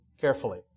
carefully